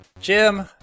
Jim